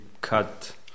cut